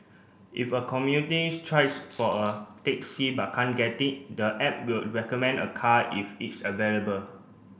if a communities tries for a taxi but can't get it the app will recommend a car if it's available